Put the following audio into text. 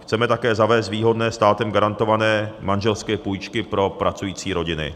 Chceme také zavést výhodné státem garantované manželské půjčky pro pracující rodiny.